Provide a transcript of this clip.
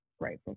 right